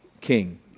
king